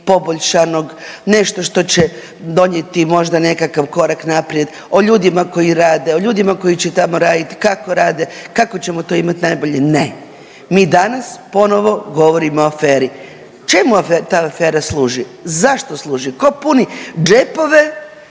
poboljšanog, nešto što će donijeti možda nekakav korak naprijed, o ljudima koji rade, o ljudima koji će tamo raditi, kako rade, kako ćemo to imat najbolje, ne, mi danas ponovo govorimo o aferi. Čemu ta afera služi, zašto služi, ko puni džepove